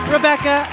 Rebecca